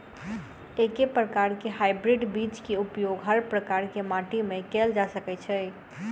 एके प्रकार केँ हाइब्रिड बीज केँ उपयोग हर प्रकार केँ माटि मे कैल जा सकय छै?